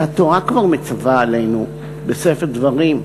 והתורה כבר מצווה עלינו בספר דברים,